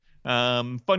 Fun